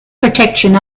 protection